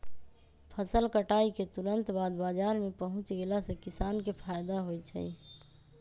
फसल कटाई के तुरत बाद बाजार में पहुच गेला से किसान के फायदा होई छई